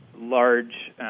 large